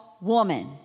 woman